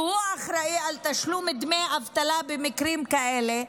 שהוא האחראי לתשלום דמי אבטלה במקרים כאלה,